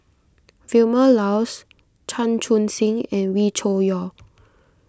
Vilma Laus Chan Chun Sing and Wee Cho Yaw